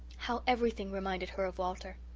how everything reminded her of walter!